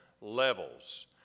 levels